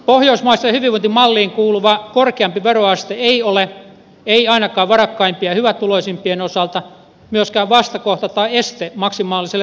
pohjoismaiseen hyvinvointimalliin kuuluva korkeampi veroaste ei ole ei ainakaan varakkaimpien ja hyvätuloisimpien osalta myöskään vastakohta tai este maksimaaliselle työllisyydelle